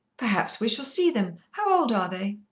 perhaps we shall see them. how old are they?